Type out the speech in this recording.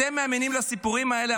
אתם מאמינים לסיפורים האלה,